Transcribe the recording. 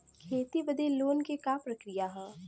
खेती बदे लोन के का प्रक्रिया ह?